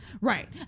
Right